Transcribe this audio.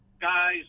guys